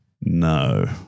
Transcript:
No